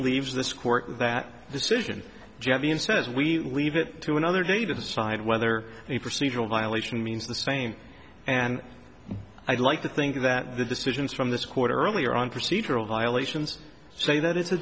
leaves this court that decision jevon says we leave it to another day to decide whether a procedural violation means the same and i'd like to think that the decisions from this quarter earlier on procedural violations say that it's a